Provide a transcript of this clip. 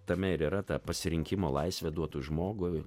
tame ir yra ta pasirinkimo laisvė duotą žmogui